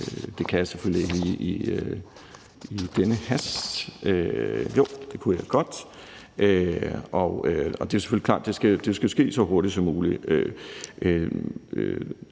jeg kan finde frem til min note omkring det; det kunne jeg godt. Det er selvfølgelig klart, at det skal ske så hurtigt som muligt.